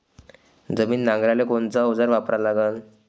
जमीन नांगराले कोनचं अवजार वापरा लागन?